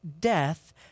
death